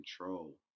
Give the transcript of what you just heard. control